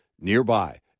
nearby